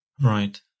right